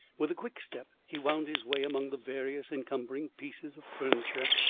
with a quick step he wound his way among the various encumbering pieces of furniture,